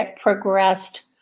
progressed